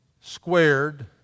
squared